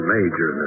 Major